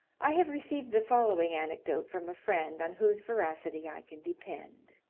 i have received the following anecdote from a friend, on whose veracity i can depend